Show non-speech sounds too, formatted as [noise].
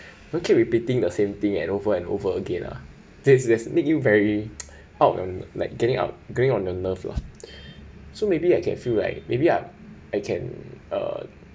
don't keep repeating the same thing and over and over again ah that's that's make you very [noise] out on like getting up going on your nerve lah so maybe I can feel like maybe I I can ah